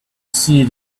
she